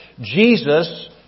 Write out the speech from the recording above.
Jesus